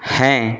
হ্যাঁ